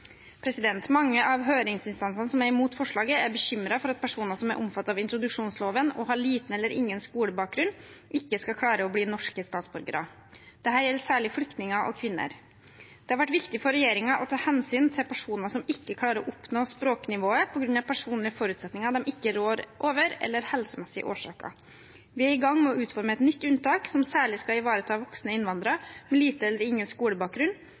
Mange av høringsinstansene som er imot forslaget, er bekymret for at personer som er omfattet av introduksjonsloven og har lite eller ingen skolebakgrunn, ikke skal klare å bli norske statsborgere. Dette gjelder særlig flyktninger og kvinner. Det har vært viktig for regjeringen å ta hensyn til personer som ikke klarer å oppnå språknivået på grunn av personlige forutsetninger de ikke rår over eller av helsemessige årsaker. Vi er i gang med å utforme et nytt unntak, som særlig skal ivareta voksne innvandrere med lite eller ingen skolebakgrunn,